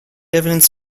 evidence